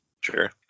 Sure